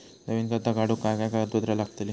नवीन खाता काढूक काय काय कागदपत्रा लागतली?